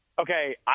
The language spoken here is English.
Okay